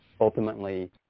ultimately